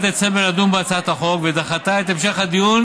דצמבר לדון בהצעת החוק ודחתה את המשך הדיון